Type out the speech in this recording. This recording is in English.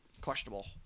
questionable